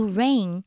rain